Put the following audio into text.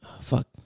Fuck